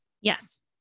Yes